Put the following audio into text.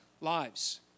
lives